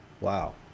Wow